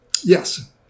Yes